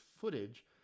footage